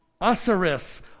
Osiris